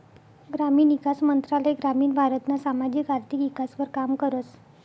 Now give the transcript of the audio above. ग्रामीण ईकास मंत्रालय ग्रामीण भारतना सामाजिक आर्थिक ईकासवर काम करस